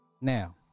now